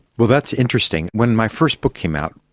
well, that's interesting. when my first book came out,